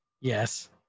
yes